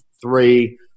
three